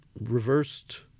reversed